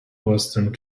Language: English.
western